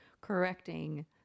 correcting